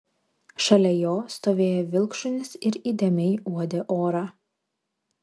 šalia jo stovėjo vilkšunis ir įdėmiai uodė orą